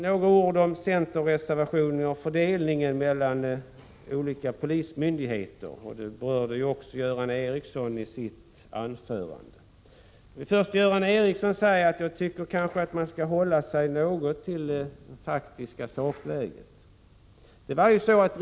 Några ord om centerreservationen och fördelningen mellan olika polismyndigheter. Göran Ericsson berörde det också i sitt anförande. Till Göran Ericsson vill jag säga att jag tycker man skall hålla sig till det faktiska läget.